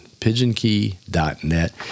pigeonkey.net